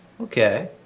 okay